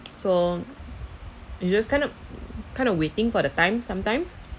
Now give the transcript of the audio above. so you just kind of kind of waiting for the time sometimes